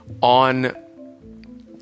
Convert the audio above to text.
on